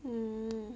mm